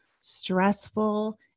stressful